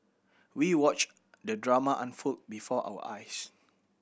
we watched the drama unfold before our eyes